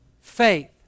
faith